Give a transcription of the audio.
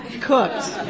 cooked